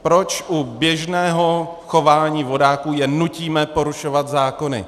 Proč u běžného chování vodáků je nutíme porušovat zákony?